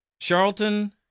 Charlton